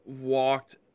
walked